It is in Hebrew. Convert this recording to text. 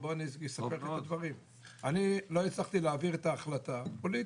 אני לא הצלחתי להעביר את ההחלטה, פוליטית.